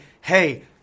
hey